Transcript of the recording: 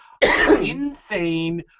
insane